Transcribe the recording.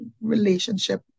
relationship